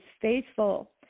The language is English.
faithful